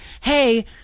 Hey